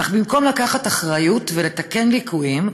אך במקום לקחת אחריות ולתקן ליקויים,